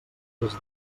des